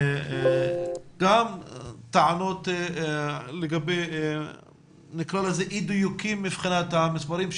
עלו גם טענות לגבי אי דיוקים מבחינת המספרים,